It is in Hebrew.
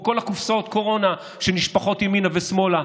כל הקופסאות קורונה שנשפכות פה ימינה ושמאלה,